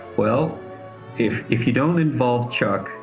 well if if you don't involve chuck,